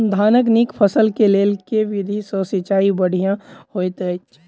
धानक नीक फसल केँ लेल केँ विधि सँ सिंचाई बढ़िया होइत अछि?